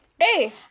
Hey